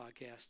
podcast